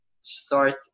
start